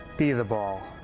be the ball.